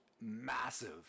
massive